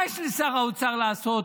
מה יש לשר האוצר לעשות